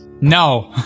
No